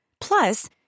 Plus